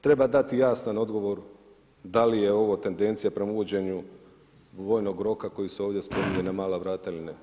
Treba dati jasan odgovor da li je ovo tendencija prema uvođenju vojnog roka, koji se ovdje spominje na mala vrata ili ne.